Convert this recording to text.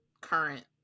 current